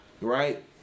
right